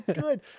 good